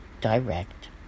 direct